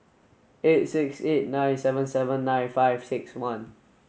eight six eight nine seven seven nine five six one